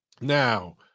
Now